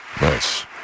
Nice